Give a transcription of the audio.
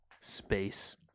space